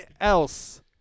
else